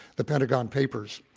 the pentagon papers.